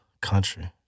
country